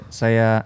saya